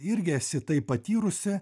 irgi esi tai patyrusi